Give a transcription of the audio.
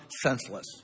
senseless